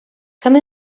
come